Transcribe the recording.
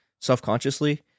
self-consciously